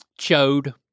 Chode